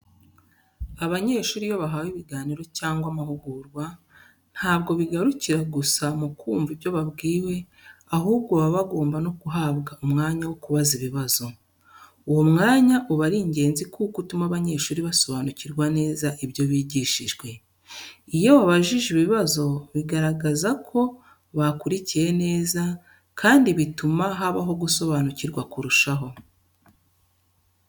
Abanyeshuri iyo bahawe ibiganiro cyangwa bagahugurwa, ntabwo bigarukira gusa mu kumva ibyo babwiwe, ahubwo baba bagomba no guhabwa umwanya wo kubaza ibibazo. Uwo mwanya uba ari ingenzi kuko utuma abanyeshuri basobanukirwa neza ibyo bigishijwe. Iyo babajije ibibazo, bigaragaza ko bakurikiye neza, kandi bituma habaho gusobanukirwa kurushaho.